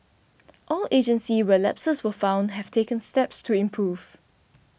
all agencies where lapses were found have taken steps to improve